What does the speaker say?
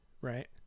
Right